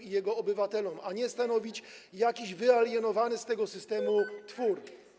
i jego obywatelom, a nie stanowić jakiś wyalienowany z tego systemu twór.